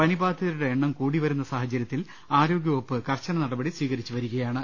പനിബാധിതരുടെ എണ്ണം കൂടിവരുന്ന സാഹചര്യത്തിൽ ആരോ ഗൃവകുപ്പ് കർശന നടപടികൾ സ്വീകരിച്ചുവരികയാണ്